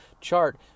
chart